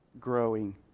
growing